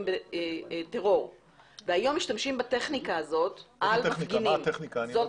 בטרור והיום משתמשים בטכניקה לגבי מפגינים.